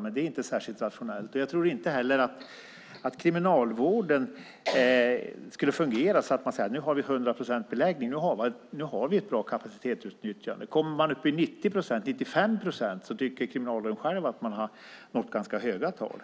men det är inte särskilt rationellt. Jag tror inte heller att kriminalvården skulle fungera om man hade 100 procents beläggning. Om man kommer upp i 90-95 procent tycker Kriminalvården själv att man har nått ganska höga tal.